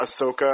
Ahsoka